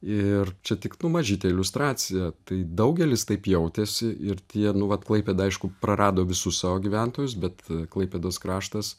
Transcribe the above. ir čia tik nu mažytė iliustracija tai daugelis taip jautėsi ir tie nu vat klaipėda aišku prarado visus savo gyventojus bet klaipėdos kraštas